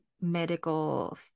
medical